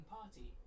party